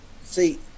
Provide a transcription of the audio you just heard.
See